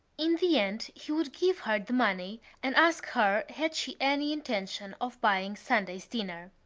in the end he would give her the money and ask her had she any intention of buying sunday's dinner.